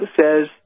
says